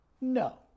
no